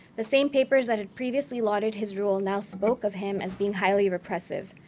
the same papers that had previously lauded his rule now spoke of him as being highly repressive.